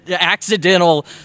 accidental